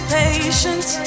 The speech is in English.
patience